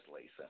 Lisa